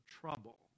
trouble